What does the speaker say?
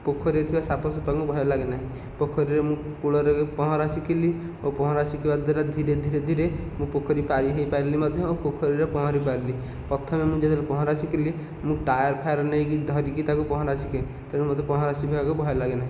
ପୋଖରୀରେ ଥିବା ସାପସୂପଙ୍କୁ ଭୟ ଲାଗେନାହିଁ ପୋଖରୀର କୂଳରେ ପହଁରା ସିଖିଲି ଓ ପହଁରା ଶିଖିବା ଦ୍ଵାରା ମୁଁ ଧୀରେ ଧୀରେ ଧୀରେ ମୁଁ ପୋଖରୀ ପାରି ହୋଇପାରିଲି ମଧ୍ୟ ଆଉ ପୋଖରୀରେ ପହଁରି ପାରିଲି ପ୍ରଥମେ ମୁଁ ଯେତେବେଳେ ପହଁରା ଶିଖିଲି ମୁଁ ଟାୟାରଫାୟର ନେଇକି ତାକୁ ଧରିକି ପହଁରା ଶିଖେ ତେଣୁ ମୋତେ ପହଁରା ଶିଖିବାକୁ ଭୟ ଲାଗେନାହିଁ